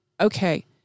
okay